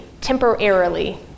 temporarily